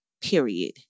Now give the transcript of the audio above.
Period